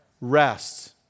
Rest